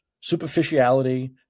superficiality